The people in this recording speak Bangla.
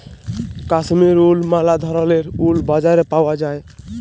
কাশ্মীর উল ম্যালা ধরলের উল বাজারে পাউয়া যায়